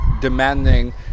demanding